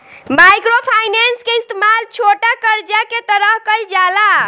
micro finance के इस्तमाल छोटा करजा के तरह कईल जाला